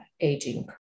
aging